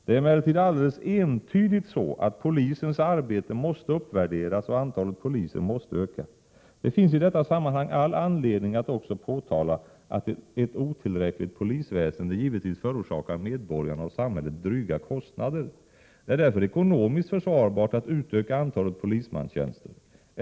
Det är emellertid alldeles entydigt så, att polisens arbete måste uppvärderas och antalet poliser måste öka. Det finns i detta sammanhang all anledning att också påtala, att ett otillräckligt polisväsende givetvis förorsakar medborgarna och samhället dryga kostnader. Det är därför ekonomiskt försvarbart att utöka antalet polismanstjänster.